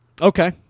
Okay